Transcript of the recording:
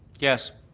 yes.